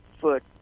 foot